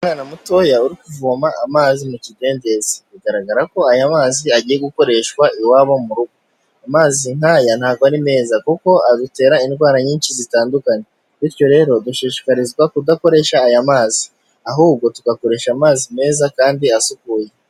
Umwana mutoya uri kuvoma amazi mu kidendezi biragaragara ko aya mazi agiye gukoreshwa i wabo mu rugozi nk'aya ntabwo ari meza kuko adutera indwara nyinshi zitandukanye, bityo rero dushishikarizwa kudakoresha aya mazi ahubwo tugakoresha amazi meza kandi asukuye.